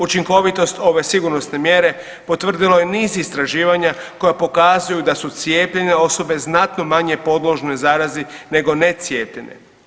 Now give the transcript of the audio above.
Učinkovitost ove sigurnosne mjere potvrdilo je niz istraživanja koja pokazuju da su cijepljene osobe znatno manje podložne zarazi nego necijepljene.